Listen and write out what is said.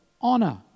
honor